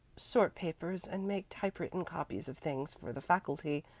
sort papers and make typewritten copies of things for the faculty,